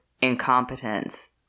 incompetence